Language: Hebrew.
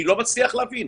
אני לא מצליח להבין.